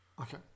Okay